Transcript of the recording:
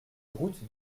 route